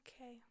Okay